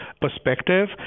perspective